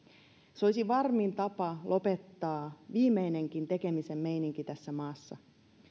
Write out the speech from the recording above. se olisi varmin tapa lopettaa viimeinenkin tekemisen meininki tässä maassa